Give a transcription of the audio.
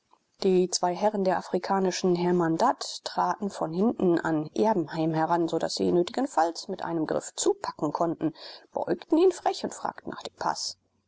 die zwei herren der afrikanischen hermandad traten von hinten an erbenheim heran so daß sie nötigenfalls mit einem griff zupacken konnten beäugten ihn frech und fragten nach dem paß